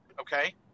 Okay